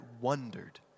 wondered